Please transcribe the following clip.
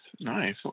nice